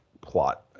plot